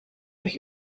euch